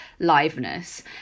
liveness